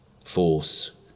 force